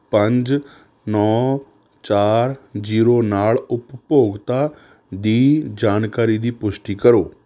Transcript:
ਪੰਜ ਨੌ ਚਾਰ ਜੀਰੋ ਨਾਲ ਉਪਭੋਗਤਾ ਦੀ ਜਾਣਕਾਰੀ ਦੀ ਪੁਸ਼ਟੀ ਕਰੋ